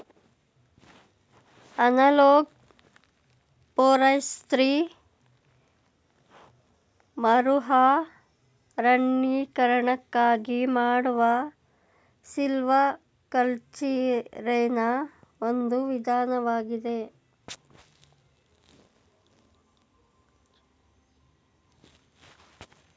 analog forestry ಮರುಅರಣ್ಯೀಕರಣಕ್ಕಾಗಿ ಮಾಡುವ ಸಿಲ್ವಿಕಲ್ಚರೆನಾ ಒಂದು ವಿಧಾನವಾಗಿದೆ